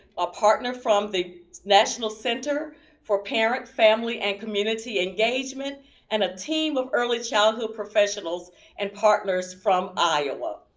a partner from the national center for parent, family, and community engagement and a team of early childhood professionals and partners from iowa.